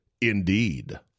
Indeed